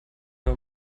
nur